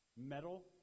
metal